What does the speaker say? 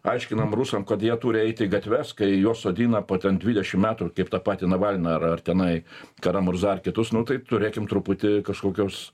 aiškinam rusam kad jie turi eiti į gatves kai juos sodina po ten dvidešimt metų kaip tą patį navalną ar ar tenai karamurzą ar kitus nu tai turėkim truputį kažkokios